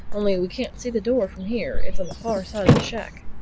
only we can't see the door from here it's on the far side of the shack.